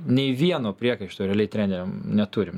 nei vieno priekaišto realiai treneriam neturim